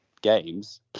games